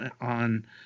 on